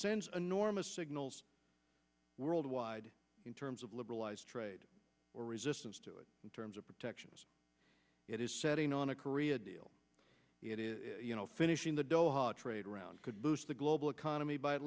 sends enormous signals worldwide in terms of liberalized trade or resistance to it in terms of protections it is setting on a korea deal it is finishing the doha trade round could boost the global economy by at